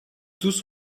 tous